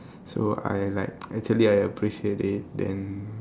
so I like actually I appreciate it then